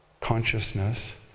consciousness